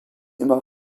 immer